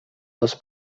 les